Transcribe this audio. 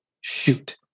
shoot